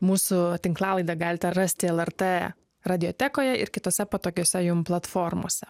mūsų tinklalaidę galite rasti lrt radiotekoje ir kitose patogiose jum platformose